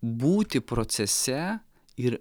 būti procese ir